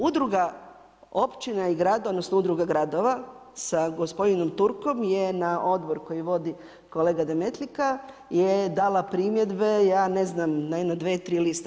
Udruga općina i gradova, odnosno udruga gradova sa gospodinom Turkom je na odbor koji vodi kolega Demetlika, je dala primjedbe, ja ne znam, na jedno dvije-tri liste.